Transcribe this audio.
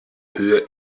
höhe